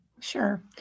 Sure